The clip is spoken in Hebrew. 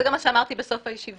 זה גם מה שאמרתי בסוף הישיבה,